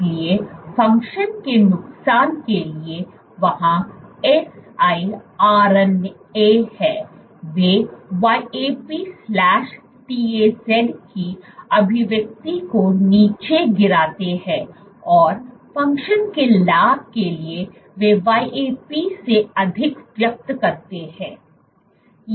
इसलिए फंक्शन के नुकसान के लिए वहाँ siRNA है वे YAP TAZ की अभिव्यक्ति को नीचे गिराते हैं और फ़ंक्शन के लाभ के लिए वे YAP से अधिक व्यक्त करते हैं